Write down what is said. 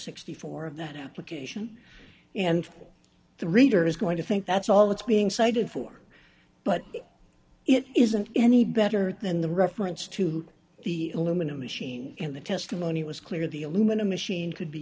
sixty four of that application and the reader is going to think that's all it's being cited for but it isn't any better than the reference to the aluminum machine in the testimony it was clear the aluminum machine could be